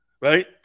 Right